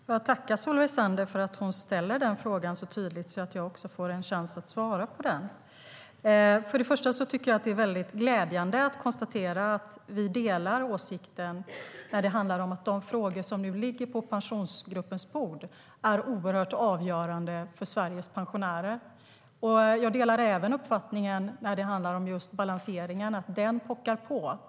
Fru talman! Jag tackar Solveig Zander för att hon ställer den frågan så tydligt att jag får en chans att svara på den. Först och främst tycker jag att det är väldigt glädjande att konstatera att vi delar åsikten att de frågor som nu ligger på Pensionsgruppens bord är avgörande för Sveriges pensionärer. Jag delar även uppfattningen om just balanseringen. Den pockar på.